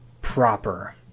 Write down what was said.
proper